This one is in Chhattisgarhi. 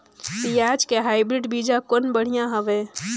पियाज के हाईब्रिड बीजा कौन बढ़िया हवय?